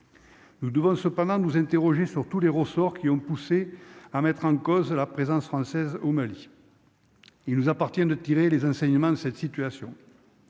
Nous devons cependant nous interroger sur tous les ressorts qui ont poussé à mettre en cause la présence française au Mali, il nous appartient de tirer les enseignements de cette situation,